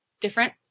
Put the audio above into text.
different